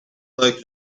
like